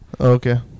Okay